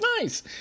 nice